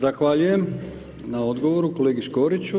Zahvaljujem na odgovoru, kolegi Škoriću.